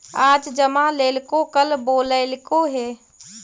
आज जमा लेलको कल बोलैलको हे?